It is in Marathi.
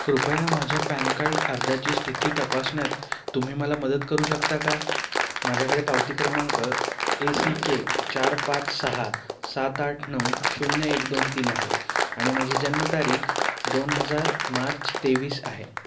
कृपया माझ्या पॅन कार्ड अर्जाची स्थिती तपासण्यात तुम्ही मला मदत करू शकता का माझ्याकडे पावती क्रमांक ए सी के चार पाच सहा सात आठ नऊ शून्य एक दोन तीन आहे आणि माझी जन्मतारीख दोन हजार मार्च तेवीस आहे